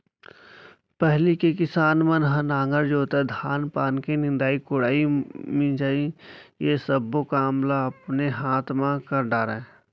पहिली के किसान मन ह नांगर जोतय, धान पान के निंदई कोड़ई, मिंजई ये सब्बो काम ल अपने हाथ म कर डरय